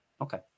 Okay